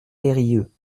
eyrieux